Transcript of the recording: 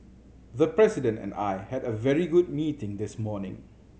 the President and I had a very good meeting this morning